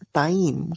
time